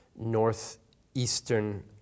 northeastern